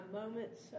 moments